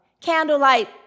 candlelight